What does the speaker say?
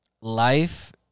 Life